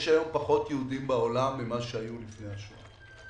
יש היום פחות יהודים בעולם ממה שהיו לפני השואה.